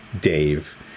Dave